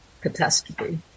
catastrophe